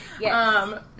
Yes